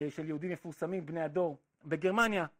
של יהודים מפורסמים בני הדור בגרמניה.